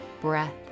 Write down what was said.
breath